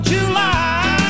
July